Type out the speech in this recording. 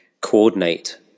coordinate